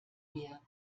mir